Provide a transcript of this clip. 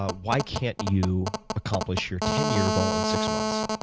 ah why can't you accomplish your ten-year goal in six months?